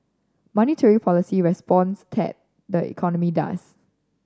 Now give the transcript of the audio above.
monetary policy responds tat the economy does